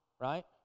right